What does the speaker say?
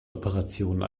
operationen